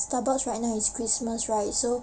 starbucks right now it's christmas right so